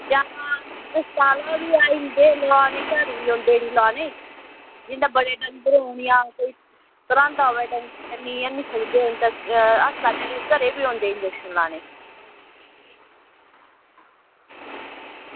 ओह् घर बी आई जंदे लोआनै ई जिंदे बड़े डंगर होन भी जां कोई त्रांह्दा होग डंगर जां नेईं आह्नी सकदे होन ते घरै ई बी औंदे इंजेक्शन लानै ई